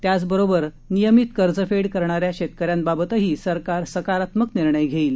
त्याचबरोबर नियमीत कर्जफेड करणाऱ्या शेतकऱ्यांबाबतही सरकार सकारात्मक निर्णय घेईल